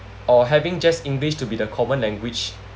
or having just english to be the common language